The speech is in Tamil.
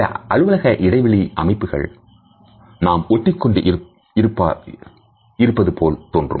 சில அலுவலக இடைவெளி அமைப்புகள் நாம் ஓட்டிக்கொண்டு இருப்பார் இருப்பது போல் தோன்றும்